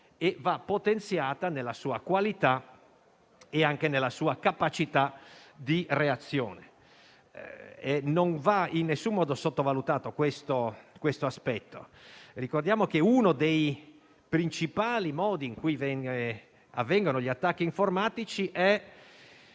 e va potenziata nella sua qualità e anche nella sua capacità di reazione. Non va in nessun modo sottovalutato questo aspetto. Ricordiamo che uno dei principali modi in cui avvengono gli attacchi informatici è